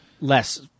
less